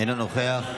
אינו נוכח,